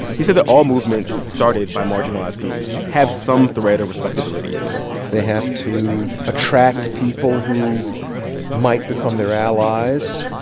he said that all movements started by marginalized groups have some thread of respectability in them they have to attract people who might become their allies.